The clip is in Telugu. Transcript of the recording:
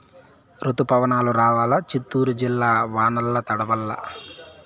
రుతుపవనాలు రావాలా చిత్తూరు జిల్లా వానల్ల తడవల్ల